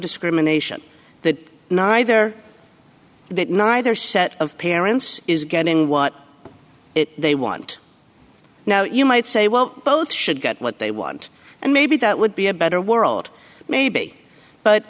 discrimination that neither that neither set of parents is getting what it they want now you might say well both should get what they want and maybe that would be a better world maybe but